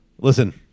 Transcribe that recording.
listen